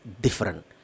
different